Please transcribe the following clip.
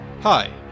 Hi